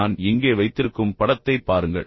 நான் இங்கே வைத்திருக்கும் படத்தைப் பாருங்கள்